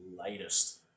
latest